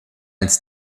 als